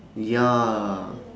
ya